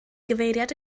gyfeiriad